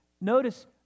Notice